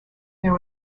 there